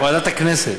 ועדת הכנסת.